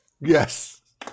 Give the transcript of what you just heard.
Yes